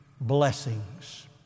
blessings